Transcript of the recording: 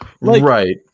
Right